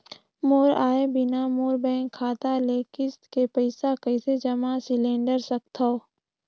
मोर आय बिना मोर बैंक खाता ले किस्त के पईसा कइसे जमा सिलेंडर सकथव?